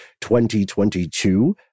2022